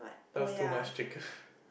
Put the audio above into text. that was too much chicken